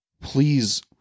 please